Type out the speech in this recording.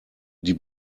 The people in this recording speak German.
die